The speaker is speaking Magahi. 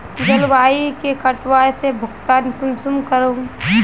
जलवायु के कटाव से भुगतान कुंसम करूम?